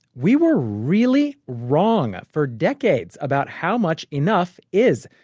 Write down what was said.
we were really wrong for decades about how much enough is.